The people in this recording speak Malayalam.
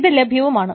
ഇത് ലഭ്യവുമാണ്